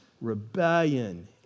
rebellion